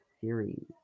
series